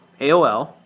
AOL